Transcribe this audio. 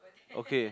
okay